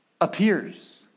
appears